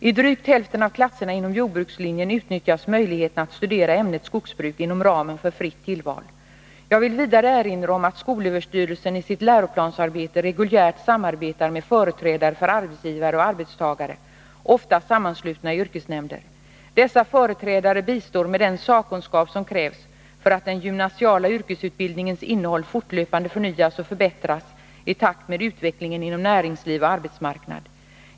I drygt hälften av klasserna inom jordbrukslinjen utnyttjas möjligheten att studera ämnet skogsbruk inom ramen för fritt tillval. Jag vill vidare erinra om att skolöverstyrelsen i sitt läroplansarbete reguljärt samarbetar med företrädare för arbetsgivare och arbetstagare, ofta sammanslutna i yrkesnämnder. Dessa företrädare bistår med den sakkunskap som krävs för att den gymnasiala yrkesutbildningens innehåll fortlöpande förnyas och förbättras i takt med utvecklingen inom näringsliv och arbetsmarknad.